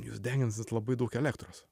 jūs deginsit labai daug elektros